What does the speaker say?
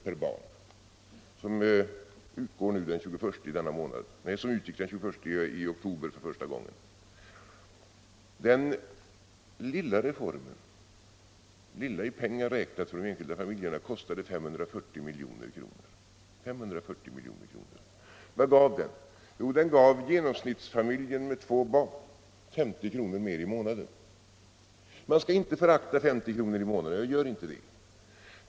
per barn och år, en höjning som för första gången utgick den 21 oktober i år. Den i pengar räknat lilla reformen för de enskilda familjerna kostade 540 milj.kr. Vad gav den då? Jo, den gav genomsnittsfamiljen med två barn 50 kr. mer i månaden. Man skall inte förakta 50 kr. mer i månaden, och det gör jag inte heller.